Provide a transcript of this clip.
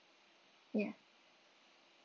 ya